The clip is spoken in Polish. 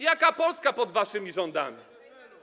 Jaka Polska pod waszymi rządami?